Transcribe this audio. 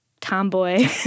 tomboy